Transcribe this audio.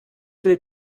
will